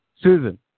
Susan